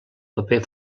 paper